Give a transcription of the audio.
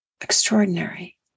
extraordinary